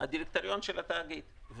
הדירקטוריון של התאגיד,